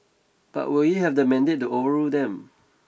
but will he have the mandate to overrule them